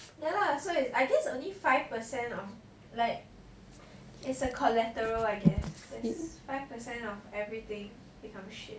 ya lah so like I guess it's only five percent it's a collateral I guess it's five percent of everything become shit